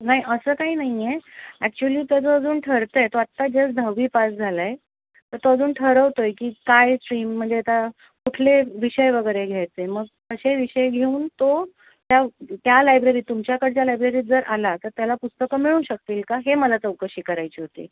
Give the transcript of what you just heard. नाही असं काही नाही आहे ॲक्च्युअली त्याचं अजून ठरतं आहे तो आत्ता जस्ट दहावी पास झाला आहे तर तो अजून ठरवतो आहे की काय स्ट्रीम म्हणजे आता कुठले विषय वगैरे घ्यायचं आहे मग तसे विषय घेऊन तो त्या त्या लायब्ररी तुमच्याकडच्या लायब्ररी जर आला तर त्याला पुस्तकं मिळू शकतील का हे मला चौकशी करायची होती